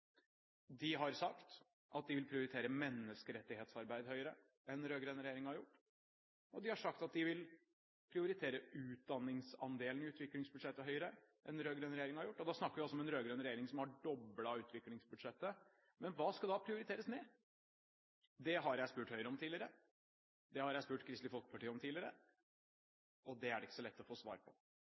de har sagt at de vil prioritere menneskerettighetsarbeidet høyere enn den rød-grønne regjeringen har gjort, og de har sagt at de vil prioritere utdanningsandelen i utviklingsbudsjettet høyere enn den rød-grønne regjeringen har gjort, og da snakker vi altså om en rød-grønn regjering som har doblet utviklingsbudsjettet. Men hva skal da prioriteres ned? Det har jeg spurt Høyre om tidligere, det har jeg spurt Kristelig Folkeparti om tidligere, men det er det ikke så lett å få svar på.